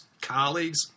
colleagues